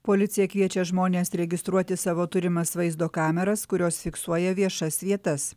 policija kviečia žmones registruoti savo turimas vaizdo kameras kurios fiksuoja viešas vietas